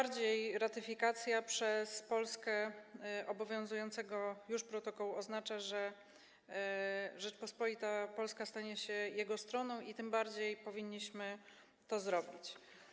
Ratyfikacja przez Polskę obowiązującego już protokołu oznacza, że Rzeczpospolita Polska stanie się jego stroną, i tym bardziej powinniśmy to zrobić.